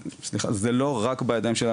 זה לא רק בידיים שלנו.